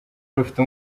rufite